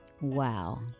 Wow